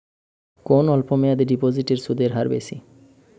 কোন অল্প মেয়াদি ডিপোজিটের সুদের হার বেশি?